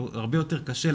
יותר קשה,